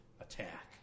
attack